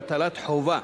והטלת חובה